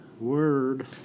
Word